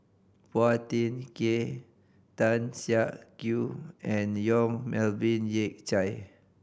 Phua Thin Kiay Tan Siak Kew and Yong Melvin Yik Chye